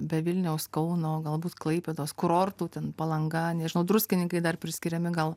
be vilniaus kauno galbūt klaipėdos kurortų ten palanga nežinau druskininkai dar priskiriami gal